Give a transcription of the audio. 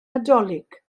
nadolig